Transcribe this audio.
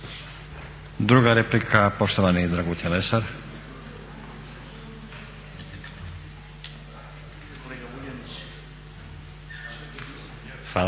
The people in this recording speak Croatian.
Druga replika, poštovani Dragutin Lesar.